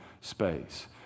space